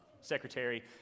secretary